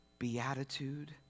beatitude